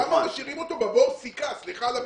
למה משאירים אותו בבור סיכה, סליחה על הביטוי?